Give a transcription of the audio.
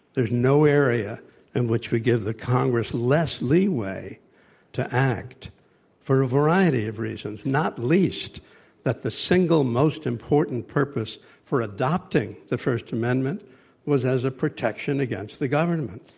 there's no area in which we give the congress less leeway to act for a variety of reasons, not least that the single most important purpose for adopting the first amendment was as a protection against the government,